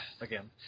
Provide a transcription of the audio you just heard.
again